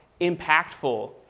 impactful